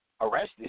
arrested